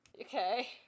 Okay